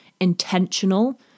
intentional